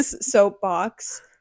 soapbox